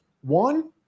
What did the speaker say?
One